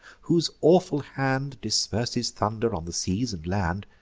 whose awful hand disperses thunder on the seas and land,